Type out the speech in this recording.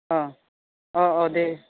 अह अह अह दे